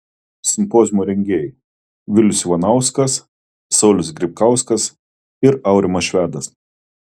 simpoziumo rengėjai vilius ivanauskas saulius grybkauskas ir aurimas švedas